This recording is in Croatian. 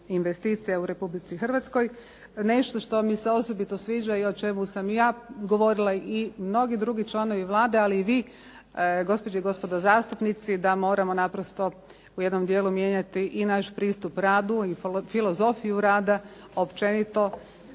u Republici Hrvatskoj. Nešto što mi se osobito sviđa i o čemu sam i ja govorila i mnogi drugi članovi Vlade, ali i vi gospođe i gospodo zastupnici, da moramo naprosto u jednom dijelu mijenjati i naš pristup radu i filozofiju rada općenito.